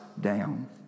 down